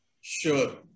Sure